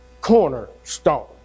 cornerstone